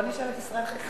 בוא נשאל את ישראל חסון.